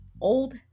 old